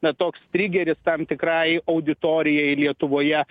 na toks trigeris tam tikrai auditorijai lietuvoje